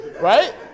right